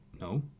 No